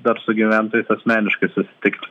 dar su gyventojais asmeniškai susitikt